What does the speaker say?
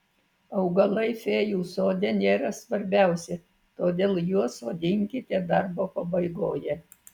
augalai fėjų sode nėra svarbiausi todėl juos sodinkite darbo pabaigoje